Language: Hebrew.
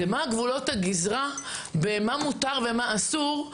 מה גבולות הגזרה, מה מותר ומה אסור?